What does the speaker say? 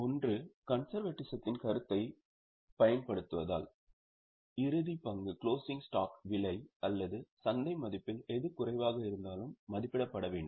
ஒன்று கன்செர்வேடிசத்தின் கருத்தைப் பயன்படுத்துவதால் இறுதி பங்கு விலை அல்லது சந்தை மதிப்பில் எது குறைவாக இருந்தாலும் மதிப்பிடப்பட வேண்டும்